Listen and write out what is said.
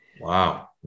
Wow